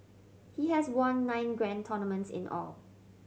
he has won nine grand tournaments in all